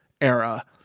era